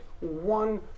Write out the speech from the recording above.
one